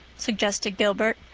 suggested gilbert.